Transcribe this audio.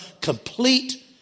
complete